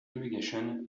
irrigation